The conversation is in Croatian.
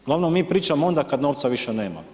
Uglavnom mi pričamo onda kada novca više nema.